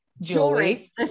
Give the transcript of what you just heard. Jewelry